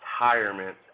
retirement